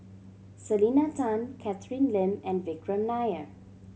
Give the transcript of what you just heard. Selena Tan Catherine Lim and Vikram Nair